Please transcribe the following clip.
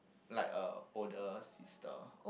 like a older sister